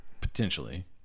potentially